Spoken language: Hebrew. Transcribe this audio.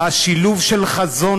השילוב של חזון